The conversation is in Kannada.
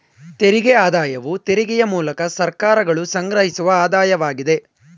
ತೆರಿಗೆ ಆದಾಯವು ತೆರಿಗೆಯ ಮೂಲಕ ಸರ್ಕಾರಗಳು ಸಂಗ್ರಹಿಸುವ ಆದಾಯವಾಗಿದೆ